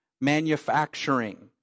manufacturing